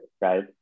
right